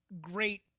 great